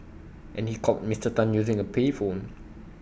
and he called Mister Tan using A payphone